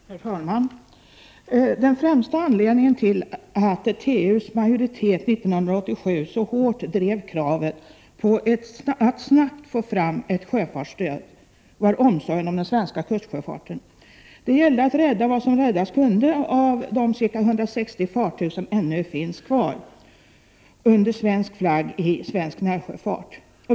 Herr talman! Den främsta anledningen till att TU:s majoritet år 1987 så hårt drev kravet på att man snabbt skulle få fram ett sjöfartsstöd var omsorgen om den svenska kustsjöfarten. Det gällde att rädda vad som räddas kunde av de ca 160 fartyg som ännu fanns kvar under svensk flagg i svensk närsjöfart.